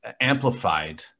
amplified